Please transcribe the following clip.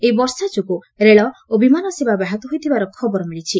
ଏହି ବର୍ଷା ଯୋଗୁଁ ରେଲ୍ ଓ ବିମାନ ସେବା ବ୍ୟାହତ ହୋଇଥିବାର ଖବର ମିଳିଛି